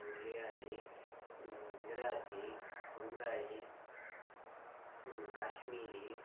Malayali Gujarati Bengali Kashmiri